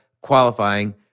qualifying